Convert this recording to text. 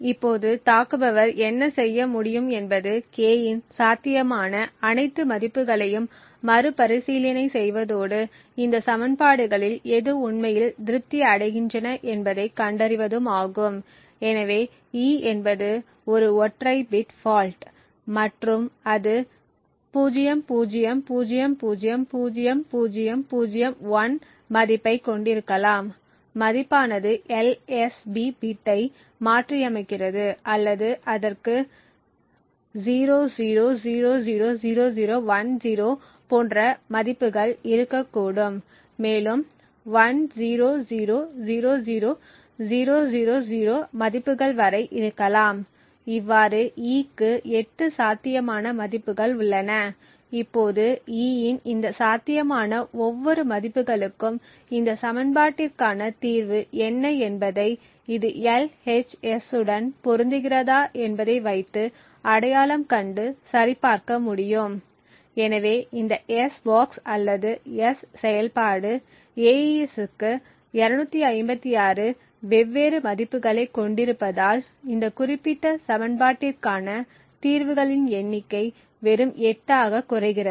இப்போது தாக்குபவர் என்ன செய்ய முடியும் என்பது k இன் சாத்தியமான அனைத்து மதிப்புகளையும் மறுபரிசீலனை செய்வதோடு இந்த சமன்பாடுகளில் எது உண்மையில் திருப்தி அடைகின்றன என்பதைக் கண்டறிவதும் ஆகும் எனவே e என்பது ஒரு ஒற்றை பிட் ஃபால்ட் மற்றும் அது 00000001 மதிப்பைக் கொண்டிருக்கலாம் மதிப்பானது LSB பிட்டை மாற்றியமைக்கிறது அல்லது அதற்கு 00000010 போன்ற மதிப்புகள் இருக்கக்கூடும் மேலும் 10000000 மதிப்புகள் வரை இருக்கலாம் இவ்வாறு e க்கு 8 சாத்தியமான மதிப்புகள் உள்ளன இப்போது e இன் இந்த சாத்தியமான ஒவ்வொரு மதிப்புகளுக்கும் இந்த சமன்பாட்டிற்கான தீர்வு என்ன என்பதை இது LHS உடன் பொருந்துகிறதா என்பதை வைத்து அடையாளம் கண்டு சரிபார்க்க முடியும் எனவே இந்த s box அல்லது s செயல்பாடு AES க்கு 256 வெவ்வேறு மதிப்புகளைக் கொண்டிருப்பதால் இந்த குறிப்பிட்ட சமன்பாட்டிற்கான தீர்வுகளின் எண்ணிக்கை வெறும் 8 ஆகக் குறைகிறது